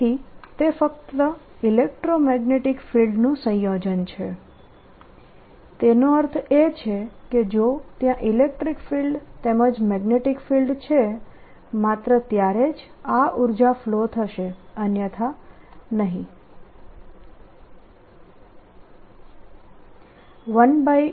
તેથી તે ફક્ત ઇલેક્ટ્રોમેગ્નેટીક ફિલ્ડનું સંયોજન છે તેનો અર્થ એ છે કે જો ત્યાં ઇલેક્ટ્રીક ફિલ્ડ તેમજ મેગ્નેટીક ફિલ્ડ છે માત્ર ત્યારે જ આ ઉર્જા ફ્લો થશે અન્યથા નહિ થાય